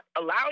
Allow